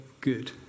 good